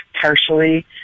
partially